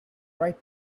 right